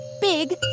big